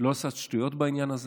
לא לעשות שטויות בעניין הזה,